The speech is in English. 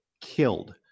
killed